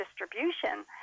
distribution